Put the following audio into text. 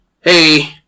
hey